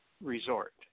resort